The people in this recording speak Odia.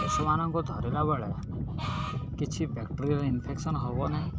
ପଶୁମାନଙ୍କୁ ଧରିଲା ବେଳେ କିଛି ବ୍ୟାକ୍ଟେରିଆଲ୍ ଇନଫେକ୍ସନ୍ ହବ ନାହିଁ